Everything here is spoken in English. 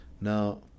Now